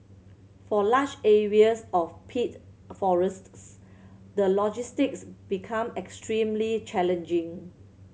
for large areas of peat forests the logistics become extremely challenging